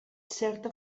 certa